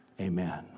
Amen